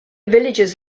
villagers